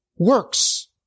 works